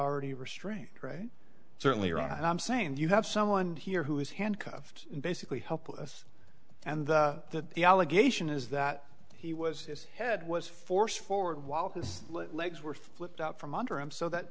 already restrained right certainly around i'm saying you have someone here who is handcuffed basically helpless and that the allegation is that he was his head was forced forward while his legs were flipped out from under him so that